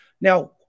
Now